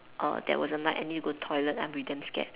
uh there was a night I need to go toilet then I'll be damn scared